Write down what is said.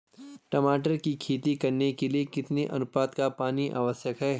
टमाटर की खेती करने के लिए कितने अनुपात का पानी आवश्यक है?